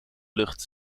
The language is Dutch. lucht